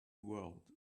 world